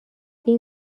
این